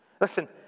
Listen